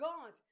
God